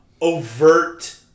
overt